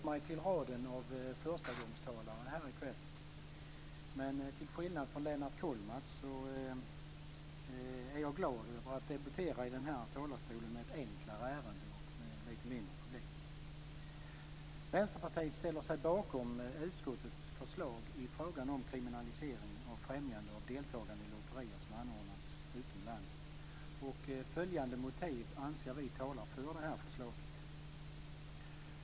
Fru talman! Jag sällar mig till raden förstagångstalare i kväll, men till skillnad från Lennart Kollmats är jag glad att få debutera i denna talarstol med ett enklare ärende och med lite mindre publik. Vänsterpartiet ställer sig bakom utskottets förslag i frågan om kriminalisering av främjande av deltagande i lotterier som anordnas utom landet. Följande motiv anser vi talar för förslaget.